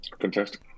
Fantastic